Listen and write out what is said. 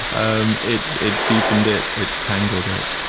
um it's it's deepened it it's tangled it.